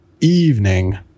evening